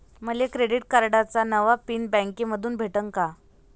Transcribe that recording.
मले क्रेडिट कार्डाचा नवा पिन बँकेमंधून भेटन का?